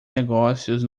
negócios